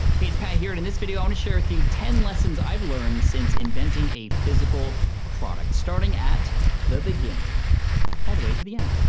hey, it's pat here and in this video i wanna share with you ten lessons i've learned since inventing a physical product, starting at the beginning all the way to the end.